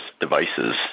devices